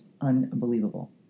Unbelievable